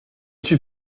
suis